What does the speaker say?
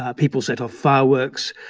ah people set off fireworks.